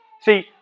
See